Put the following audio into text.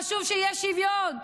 חשוב שיהיה שוויון,